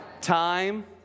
time